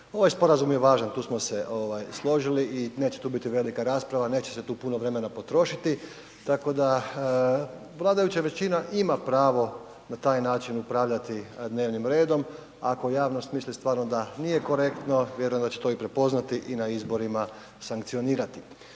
Ovaj sporazum je važan, tu smo se složili i neće tu biti velika rasprava, neće se tu puno vremena potrošiti tako da vladajuća većina ima pravo na taj način upravljati dnevnim redom ako javnost misli stvarno da nije korektno, vjerujem da će to i prepoznati i na izborima sankcionirati.